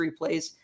replays